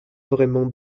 vraiment